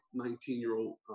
19-year-old